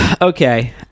okay